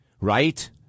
Right